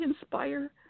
inspire